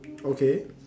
okay